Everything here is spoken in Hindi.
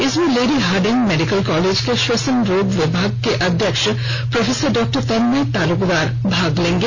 इसमें लेडी हार्डिंग मेडिकल कॉलेज के श्वसन रोग विभाग के अध्यक्ष प्रोफेसर डॉक्टर तन्मय तालुकदार भाग लेंगे